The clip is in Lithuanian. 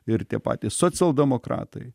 ir tie patys socialdemokratai